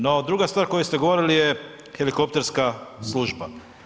No druga stvar o kojoj ste govorili jer helikopterska služba.